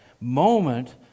moment